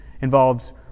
involves